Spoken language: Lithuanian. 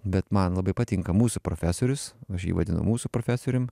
bet man labai patinka mūsų profesorius aš jį vadinu mūsų profesorium